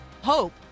hope